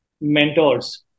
mentors